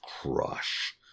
crush